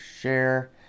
share